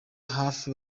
hafi